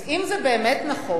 אז אם זה באמת נכון,